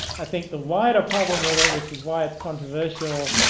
i think the wider problem with it, which is why it's controversial,